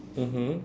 mmhmm